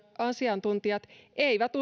asiantuntijat eivät